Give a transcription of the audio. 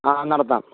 ആ നടത്താം